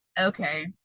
okay